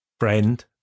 friend